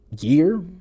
year